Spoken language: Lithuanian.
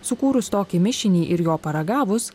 sukūrus tokį mišinį ir jo paragavus